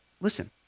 Listen